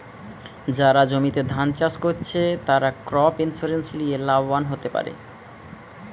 যারা জমিতে ধান চাষ কোরছে, তারা ক্রপ ইন্সুরেন্স লিয়ে লাভবান হোতে পারে